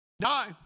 die